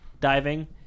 diving